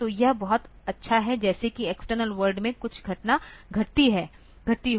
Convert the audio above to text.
तो यह बहुत अच्छा है जैसे कि एक्सटर्नल वर्ल्ड में कुछ घटना घटित हुई हो